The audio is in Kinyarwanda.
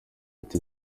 ati